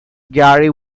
gary